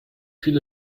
viele